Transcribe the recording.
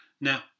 Now